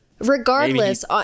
Regardless